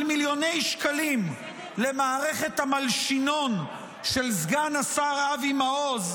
מיליוני שקלים למערכת המלשינון של סגן השר אבי מעוז,